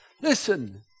listen